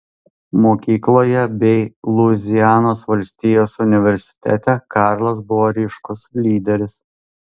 mokykloje bei luizianos valstijos universitete karlas buvo ryškus lyderis